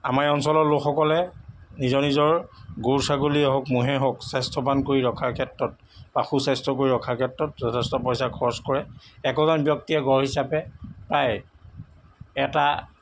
আমাৰ এই অঞ্চলৰ লোকসকলে নিজৰ নিজৰ গৰু ছাগলীয়েই হওক ম'হেই হওক স্বাস্থ্যৱান কৰি ৰখাৰ ক্ষেত্ৰত বা সুস্বাস্থ্য কৰি ৰখাৰ ক্ষেত্ৰত যথেষ্ট পইচা খৰচ কৰে একোজন ব্যক্তিয়ে গড় হিচাপে প্ৰায় এটা